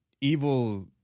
evil